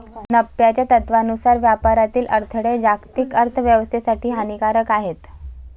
नफ्याच्या तत्त्वानुसार व्यापारातील अडथळे जागतिक अर्थ व्यवस्थेसाठी हानिकारक आहेत